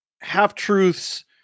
half-truths